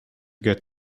get